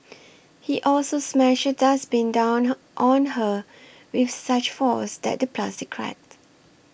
he also smashed dustbin down on her with such force that the plastic cracked